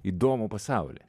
įdomų pasaulį